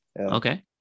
Okay